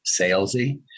salesy